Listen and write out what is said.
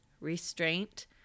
restraint